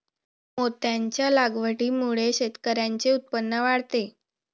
मोत्यांच्या लागवडीमुळे शेतकऱ्यांचे उत्पन्न वाढते